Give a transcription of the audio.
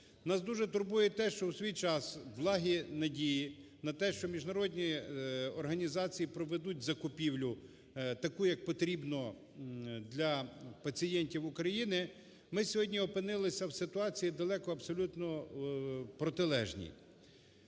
Нас дуже турбує те, що у свій час благі надії на те, що міжнародні організації проведуть закупівлю таку, як потрібно для пацієнтів України, ми сьогодні опинилися в ситуації далеко абсолютно протилежній.